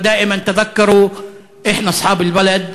זִכרו תמיד שאנו בעלי המקום.